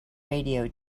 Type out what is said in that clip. radio